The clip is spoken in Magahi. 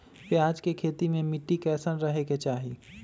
प्याज के खेती मे मिट्टी कैसन रहे के चाही?